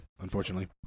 unfortunately